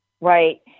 Right